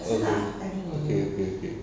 okay okay okay okay